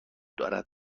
دارد